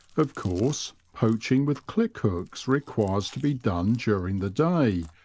of course, poaching with click-hooks requires to be done during the day,